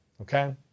okay